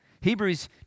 Hebrews